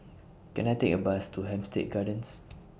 Can I Take A Bus to Hampstead Gardens